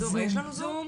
יש לנו זום?